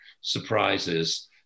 surprises